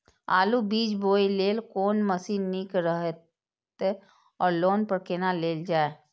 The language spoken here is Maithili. आलु बीज बोय लेल कोन मशीन निक रहैत ओर लोन पर केना लेल जाय?